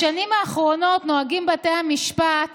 בשנים האחרונות נוהגים בתי המשפט